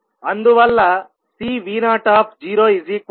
అందువల్ల Cvo0